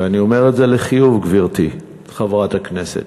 ואני אומר את זה לחיוב, חברת הכנסת,